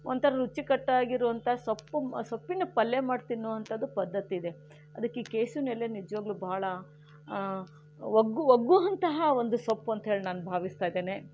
ಒಂಥರ ರುಚಿಕಟ್ಟಾಗಿರೋವಂಥ ಸೊಪ್ಪು ಸೊಪ್ಪಿನ ಪಲ್ಯ ಮಾಡಿ ತಿನ್ನೋವಂಥದ್ದು ಪದ್ಧತಿ ಇದೆ ಅದಕ್ಕೆ ಕೆಸುವಿನ ಎಲೆ ನಿಜವಾಗಲೂ ಭಾಳ ಒಗ್ಗು ಒಗ್ಗುವಂತಹ ಒಂದು ಸೊಪ್ಪು ಅಂತ ಹೇಳಿ ನಾನು ಭಾವಿಸ್ತಾ ಇದ್ದೇನೆ